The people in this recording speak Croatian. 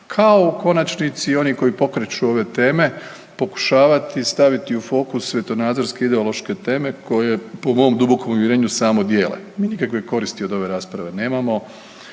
kao u konačnici oni koji pokreću ove teme, pokušavati staviti u fokus svjetonazorske ideološke teme koje po mom dubokom uvjerenju samo dijele. Mi nikakve koristi od ove rasprave nemamo,